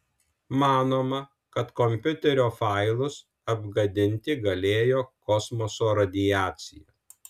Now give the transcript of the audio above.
manoma kad kompiuterio failus apgadinti galėjo kosmoso radiacija